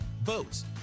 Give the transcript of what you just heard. boats